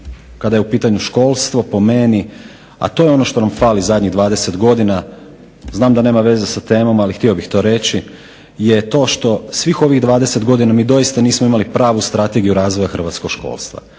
kada je u pitanju školstvo po meni, a to je ono što nam fali zadnjih 20 godina, znam da nema veze sa temom ali htio bih to reći, je to što svih ovih 20 godina mi doista nismo imali pravu Strategiju razvoja hrvatskog školstva.